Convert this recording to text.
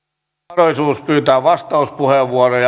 mahdollisuus pyytää vastauspuheenvuoroja